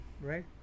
Right